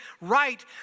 right